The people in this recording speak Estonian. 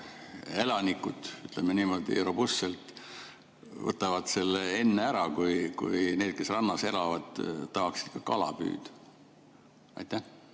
elanikud, ütleme niimoodi robustselt, võtavad selle enne ära, kuigi need, kes rannas elavad, tahaksid ka kala püüda. Hea